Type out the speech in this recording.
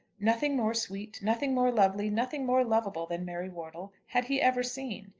nothing more sweet, nothing more lovely, nothing more lovable than mary wortle had he ever seen.